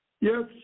yes